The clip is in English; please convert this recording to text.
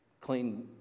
clean